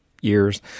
years